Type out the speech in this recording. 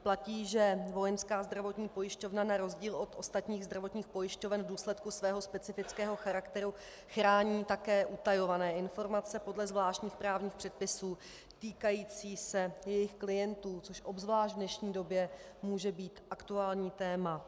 Platí, že Vojenská zdravotní pojišťovna na rozdíl od ostatních zdravotních pojišťoven v důsledku svého specifického charakteru chrání také utajované informace podle zvláštních právních předpisů týkající se jejich klientů, což obzvlášť v dnešní době může být aktuální téma.